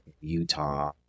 Utah